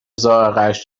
ذائقهاش